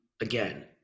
again